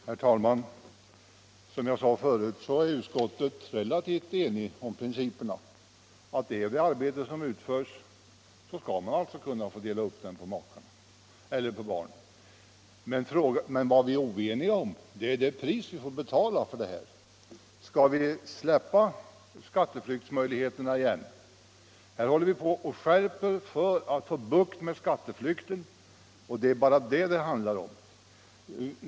Herr talman! Som jag sade förut är utskottet relativt enigt om principerna — är det arbete som verkligen utförs skall man alltså få dela upp inkomsterna på makarna eller på barnen. Men vad vi är oeniga om är det pris vi får betala för det här. Skall vi släppa fram skatteflyktsmöjligheterna igen? Vi håller ju på och gör skärpningar för att få bukt med skatteflykten, och det är bara detta det handlar om.